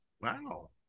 Wow